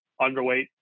underweight